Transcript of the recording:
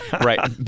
Right